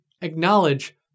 acknowledge